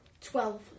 twelve